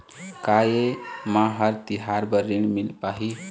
का ये म हर तिहार बर ऋण मिल पाही?